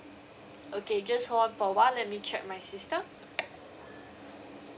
okay just hold on for a while let me check my system